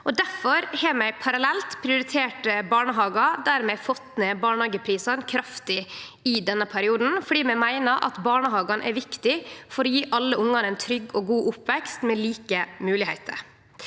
Difor har vi parallelt prioritert barnehagar, der vi har fått ned barnehageprisane kraftig i denne perioden. Vi meiner at barnehagane er viktige for å gje alle ungar ein trygg og god oppvekst med like moglegheiter.